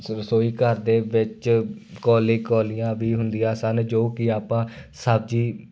ਸ਼ ਰਸੋਈ ਘਰ ਦੇ ਵਿੱਚ ਕੌਲੀ ਕੌਲੀਆਂ ਵੀ ਹੁੰਦੀਆਂ ਸਨ ਜੋ ਕਿ ਆਪਾਂ ਸਬਜ਼ੀ